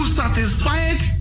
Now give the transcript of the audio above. satisfied